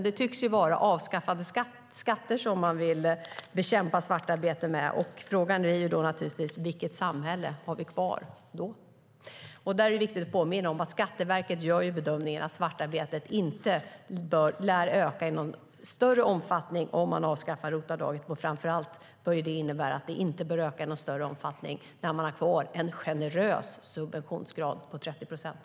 Det tycks vara avskaffade skatter man vill bekämpa svartarbete med, och frågan är naturligtvis vilket samhälle vi har kvar då. Där är det viktigt att påminna om att Skatteverket gör bedömningen att svartarbetet inte lär öka i någon större omfattning om man avskaffar ROT-avdraget. Det bör framför allt innebära att det inte ökar i någon större omfattning när man har kvar en generös subventionsgrad på 30 procent.